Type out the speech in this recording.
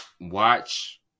watch